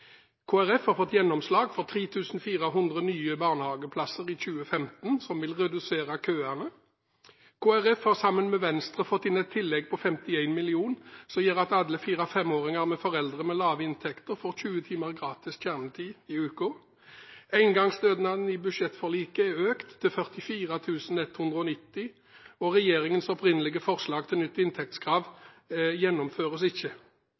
Folkeparti har fått gjennomslag for 3 400 nye barnehageplasser i 2015, noe som vil redusere køene. Kristelig Folkeparti har sammen med Venstre fått inn et tillegg på 51 mill. kr, som gjør at alle 4- og 5-åringer med foreldre med lave inntekter får 20 timer gratis kjernetid i uken. Engangsstønaden i budsjettforliket er økt til 44 190 kr. Regjeringens opprinnelige forslag til nytt inntektskrav gjennomføres ikke.